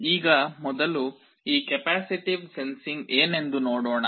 ಈಗ ಮೊದಲು ಈ ಕೆಪ್ಯಾಸಿಟಿವ್ ಸೆನ್ಸಿಂಗ್ ಏನೆಂದು ನೋಡೋಣ